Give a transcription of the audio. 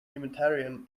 humanitarian